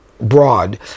broad